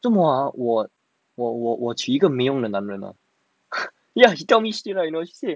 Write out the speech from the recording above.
这么啊我我我我娶一个没用的男人 ya she tell me straight right you know